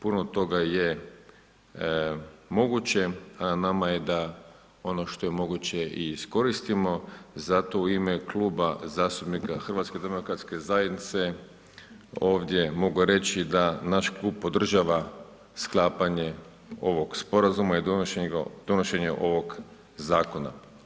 Puno toga je moguće, a na nama je da ono što je moguće i iskoristimo, zato u ime Kluba zastupnika HDZ-a ovdje mogu reći da naš klub podržava sklapanje ovog Sporazuma i donošenje ovog zakona.